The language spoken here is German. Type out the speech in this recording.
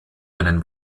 einen